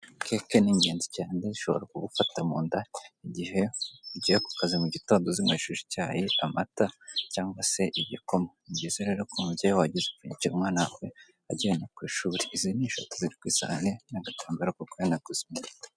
Keke ni ingenzi cyane, zishobora kugufata mu nda, igihe ugiye ku kazi mu gitondo uzinkwesheje icyayi, amata, cyangwa se igikoma. Ni byizere rero ko umubyeyi wajya uzipfunyikira umwana we agenda ku ishuri. Izi n'eshatu ziri ku isahane n'agatambaro ko kwihanaguza.